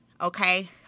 Okay